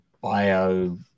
bio